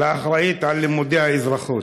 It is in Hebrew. לאחראית ללימודי האזרחות.